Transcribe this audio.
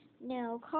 No